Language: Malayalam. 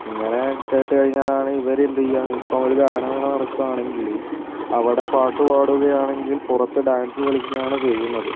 ഇങ്ങനെ കേട്ടു കഴിഞ്ഞാലാണ് ഇവരെന്തു ചെയ്യുക ഇപ്പോൾ ഒരു ഗാനമേള നടക്കുകയാണെങ്കിൽ അവിടെ പാട്ടുപാടുകയാണെങ്കിൽ പുറത്ത് ഡാൻസ് കളിക്കുകയാണ് ചെയ്യുന്നത്